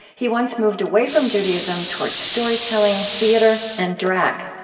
he once moved away from judaism towards storytelling, theater, and drag.